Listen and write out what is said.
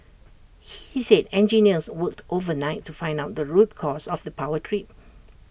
he said engineers worked overnight to find out the root cause of the power trip